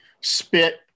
spit